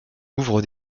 ouvre